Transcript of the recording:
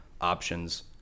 options